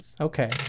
okay